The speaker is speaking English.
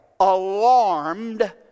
alarmed